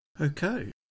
Okay